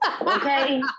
Okay